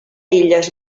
illes